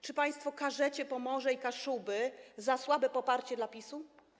Czy państwo karzecie Pomorze i Kaszuby za słabe poparcie dla PiS?